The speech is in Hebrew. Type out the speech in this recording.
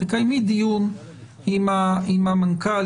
תקיימי דיון עם המנכ"ל,